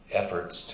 efforts